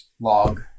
log